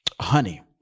honey